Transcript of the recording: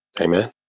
Amen